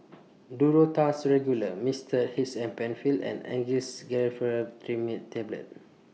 Duro Tuss Regular Mixtard H M PenFill and Angised Glyceryl Trinitrate Tablets